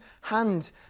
hand